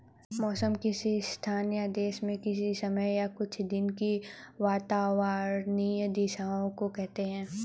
मौसम किसी स्थान या देश में किसी समय या कुछ दिनों की वातावार्नीय दशाओं को कहते हैं